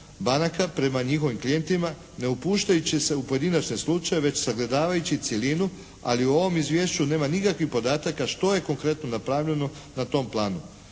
banaka prema njihovim klijentima, ne upuštajući se u pojedinačne slučajeve već sagledavajući cjelinu ali u ovom izvješću nema nikakvih podataka što je konkretno napravljeno na tom planu.